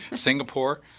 Singapore